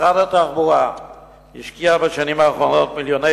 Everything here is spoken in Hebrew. משרד התחבורה השקיע בשנים האחרונות מיליוני